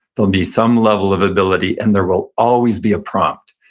there'll be some level of ability, and there will always be a prompt.